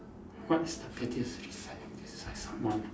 what is the pettiest reason to dislike someone